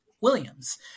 Williams